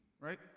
right